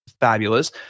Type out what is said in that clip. fabulous